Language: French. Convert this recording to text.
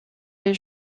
les